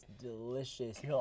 delicious